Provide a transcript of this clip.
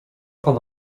pan